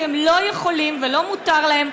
כי הם לא יכולים ולא מותר להם,